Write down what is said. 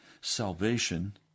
Salvation